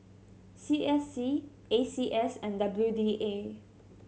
C S C A C S and W D A